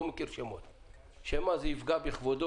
כמו שנעמה הסבירה,